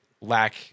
lack